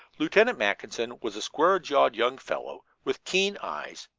lieutenant mackinson was a square-jawed young fellow with keen eyes,